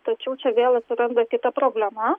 tačiau čia vėl atsiranda kita problema